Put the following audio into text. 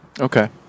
Okay